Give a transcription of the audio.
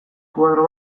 koadro